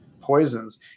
poisons